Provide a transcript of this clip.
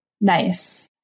Nice